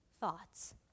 thoughts